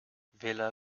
villa